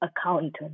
Accountant